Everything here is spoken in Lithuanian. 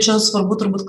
čia svarbu turbūt kad